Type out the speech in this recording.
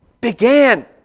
began